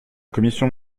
commission